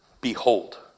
behold